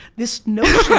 this notion,